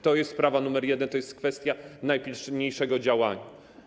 To jest sprawa numer jeden, to jest kwestia najpilniejszego działania.